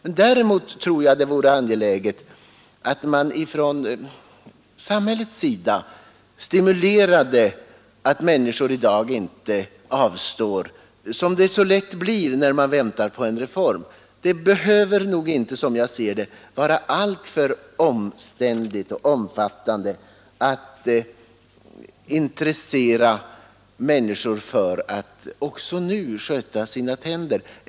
Vidare tror jag att det vore värdefullt om man från samhällets sida stimulerade människor att sköta sina tänder under tiden som vi väntar på reformen. Som jag ser det behöver det inte vara någon alltför omständlig och svår sak att intressera människor för det.